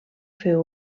fer